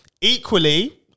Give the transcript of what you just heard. equally